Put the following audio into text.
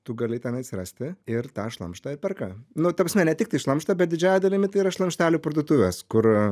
tu gali tenais rasti ir tą šlamštą perka nu ta prasme ne tiktai šlamštą bet didžiąja dalimi tai yra šlamštelių parduotuvės kur